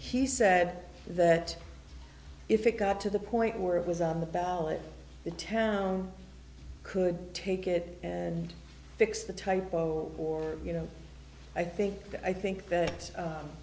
he said that if it got to the point where it was on the ballot the town could take it and fix the time or you know i think i think that